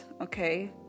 okay